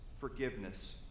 forgiveness